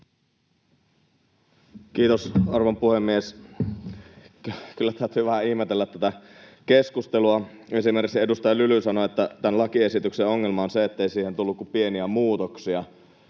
Kiitos, arvon puhemies! Kyllä täytyy vähän ihmetellä tätä keskustelua. Esimerkiksi edustaja Lyly sanoi, että tämän lakiesityksen ongelma on se, ettei siihen tullut kuin pieniä muutoksia.